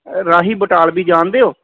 ਰਾਹੀਂ ਬਟਾਲਵੀ ਜਾਣਦੇ ਹੋ